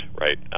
right